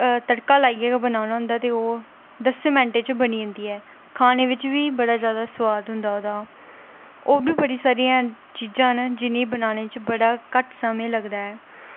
तड़का लाइयै गै बनाना होंदा ऐ ते ओह् सिर्फ दस्सें मिंटें च बनी जंदी ऐ खाने बिच बी बड़ा जादा सोआद होंदा ओह्दा ओह्बी बड़ी सारी चीज़ां न जि'नेंगी बड़ा सारा घट्ट समां लगदा ऐ